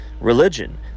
Religion